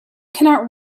cannot